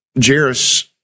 Jairus